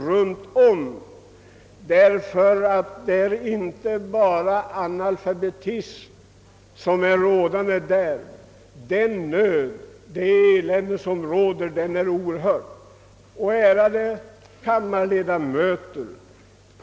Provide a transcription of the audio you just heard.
Människorna där är alltfort inte bara analfabeter, utan de lever också i en nöd och ett elände som är något oerhört. Ärade kammarledamöter!